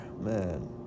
man